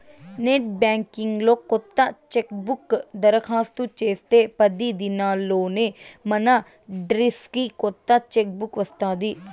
net banking లో కొత్త chequebook దరకాస్తు చేస్తే పది దినాల్లోనే మనడ్రస్కి కొత్త చెక్ బుక్ వస్తాది